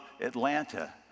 Atlanta